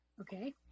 Okay